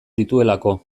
dituelako